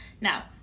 now